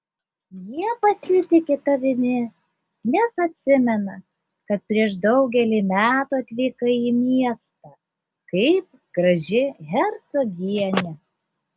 jie pasitiki tavimi nes atsimena kad prieš daugelį metų atvykai į miestą kaip graži hercogienė